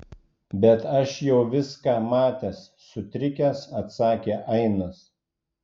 bet aš jau viską matęs sutrikęs atsakė ainas